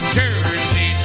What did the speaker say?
Jersey